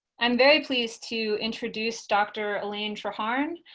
i'm very pleased to introduce dr. elaine treharne.